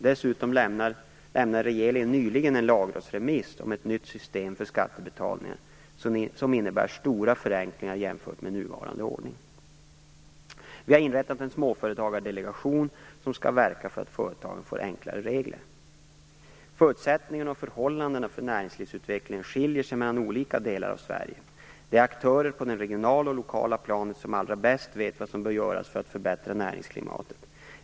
Dessutom lämnade regeringen nyligen en lagrådsremiss om ett nytt system för skattebetalningar, som innebär stora förenklingar jämfört med nuvarande ordning. Vi har inrättat en småföretagsdelegation som skall verka för att företagen får enklare regler. Förutsättningarna och förhållandena för näringslivsutveckling skiljer sig mellan olika delar av Sverige. Det är aktörer på det regionala och lokala planet som allra bäst vet vad som bör göras för att förbättra näringsklimatet.